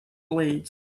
blades